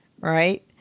Right